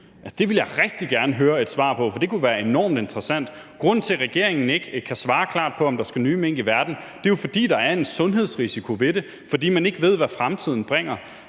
Det ville jeg rigtig gerne høre et svar på, for det kunne være enormt interessant. Grunden til, at regeringen ikke kan svare klart på, om der skal sættes nye mink i verden, er jo, at der er en sundhedsrisiko ved det, og at man ikke ved, hvad fremtiden bringer.